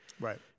Right